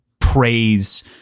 praise